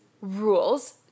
Rules